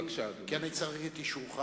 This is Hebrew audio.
כי אני צריך את אישורך.